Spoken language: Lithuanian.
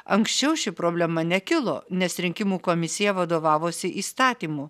anksčiau ši problema nekilo nes rinkimų komisija vadovavosi įstatymu